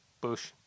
Bush